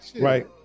right